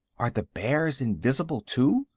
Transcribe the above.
are the bears invis'ble, too?